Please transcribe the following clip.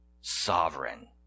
sovereign